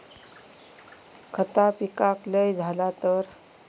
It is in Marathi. खता पिकाक लय झाला तर?